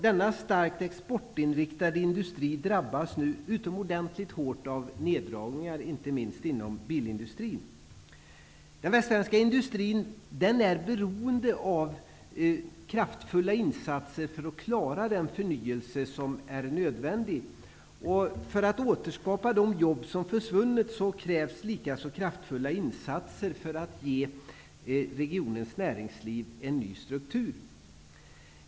Den starkt exportinriktade industrin drabbas nu utomordentligt hårt av neddragningar, inte minst bilindustrin. Den västsvenska industrin är beroende av kraftfulla insatser för att klara den förnyelse som är nödvändig. För att de jobb som har försvunnit skall kunna återskapas krävs det likaså kraftfulla insatser så att regionens näringsliv får en ny struktur.